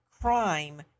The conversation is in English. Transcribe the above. crime